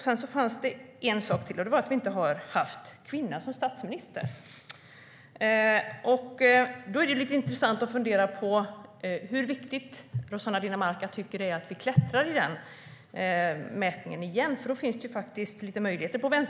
Sedan fanns det en sak till, nämligen att vi inte har haft någon kvinna som statsminister. Hur viktigt tycker Rossana Dinamarca att det är att vi klättrar i mätningen igen? Det finns ju faktiskt lite möjligheter att göra det.